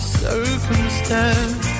circumstance